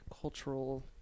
cultural